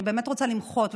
אני באמת רוצה למחות,